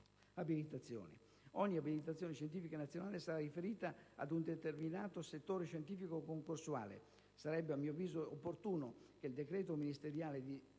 dell'abilitazione. Ogni abilitazione scientifica nazionale sarà riferita ad un determinato settore scientifico concorsuale. Sarebbe a mio avviso opportuno che il decreto ministeriale di